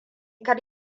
kar